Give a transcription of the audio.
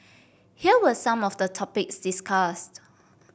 here were some of the topics discussed